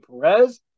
perez